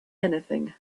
anything